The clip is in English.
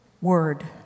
word